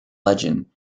legend